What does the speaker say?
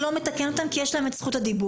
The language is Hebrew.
לא, לא.